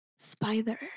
Spider